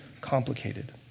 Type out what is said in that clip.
complicated